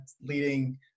leading